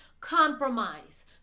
compromise